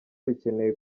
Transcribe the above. bikeneye